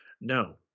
No